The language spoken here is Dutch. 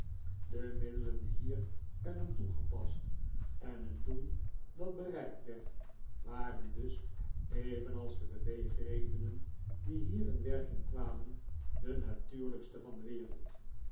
de middelen die hier werden toegepast en het doel dat bereikt werd waren dus evenals de beweegredenen die hier in werking kwamen de natuurlijkste van de wereld